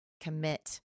commit